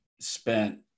spent